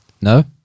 No